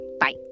bye